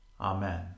Amen